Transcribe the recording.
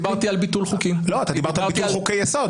33 תיקונים או חוקי יסוד חדשים.